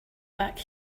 back